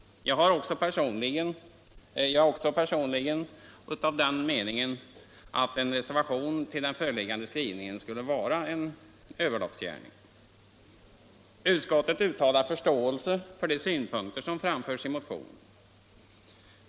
Jag är också personligen av den meningen att en reservation till den föreliggande skrivningen skulle vara en överloppsgärning. Utskottet uttalar förståelse för de synpunkter som framförts i motionen.